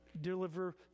deliver